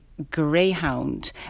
Greyhound